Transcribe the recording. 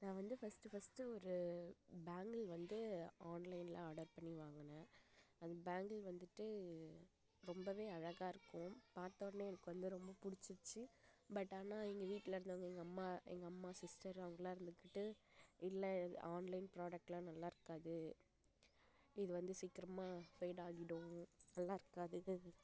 நான் வந்து first first ஒரு பேங்கிள் வந்து ஆன்லைன்ல ஆடர் பண்ணி வாங்கினேன் அந்த பேங்கிள் வந்துட்டு ரொம்பவே அழகாக இருக்கும் பார்த்த உடனே எனக்கு வந்து ரொம்ப பிடிச்சிடுச்சி பட் ஆனால் எங்கள் வீட்டிலருந்தவங்க எங்கள் அம்மா எங்கள் அம்மா சிஸ்ட்டர் அவங்கள்லாம் இருந்துக்கிட்டு இல்லை ஆன்லைன் ப்ராடக்ட்லாம் நல்லாயிருக்காது இது வந்து சீக்ரமாக ஃபேடாகிடும் நல்லாயிருக்காது இது